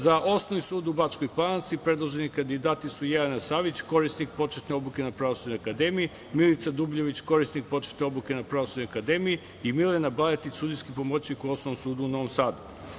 Za Osnovi sud u Bačkoj Palanci predloženi kandidati su: Jelena Savić, korisnik početne obuke na Pravosudnoj akademiji, Milica Dubljević, korisnik početne obuke na Pravosudnoj akademiji i Milena Baletić, sudijski pomoćnik u Osnovnom sudu u Novom Sadu.